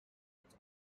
its